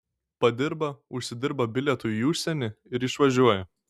padirba užsidirba bilietui į užsienį ir išvažiuoja